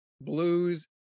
Blues